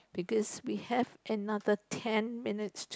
because we have another ten minutes to